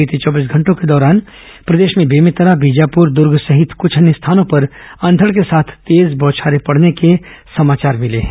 बीते चौबीस घंटों के दौरान प्रदेश में बेमेतरा बीजापुर दुर्ग सहित कुछ अन्य स्थानों पर अंघड के साथ तेज बौछारें पडने के समाचार मिले हैं